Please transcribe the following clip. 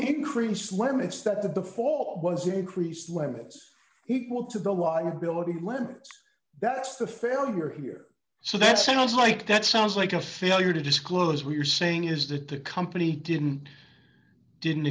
increased limits that the fall was increased limits equal to the liability limits that's the failure here so that sounds like that sounds like a failure to disclose what you're saying is that the company didn't didn't